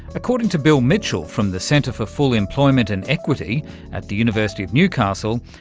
according to bill mitchell from the centre for full employment and equity at the university of newcastle,